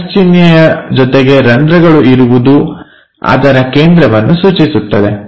plus ಚಿಹ್ನೆಯ ಜೊತೆಗೆ ರಂಧ್ರಗಳು ಇರುವುದು ಅದರ ಕೇಂದ್ರವನ್ನು ಸೂಚಿಸುತ್ತದೆ